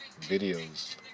videos